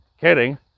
Kidding